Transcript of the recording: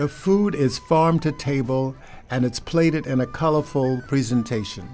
the food is farm to table and it's played it in a colorful presentation